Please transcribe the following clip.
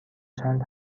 چند